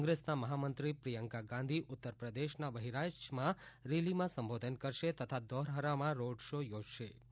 કોંગ્રેસ મહામંત્રી પ્રિયંકા ગાંધીએ ઉત્તરપ્રદેશના બહરાઇચમાં રેલી સંબોધી હતી તથા ધૌરાહરામાં રોડ શો યોજયો હતો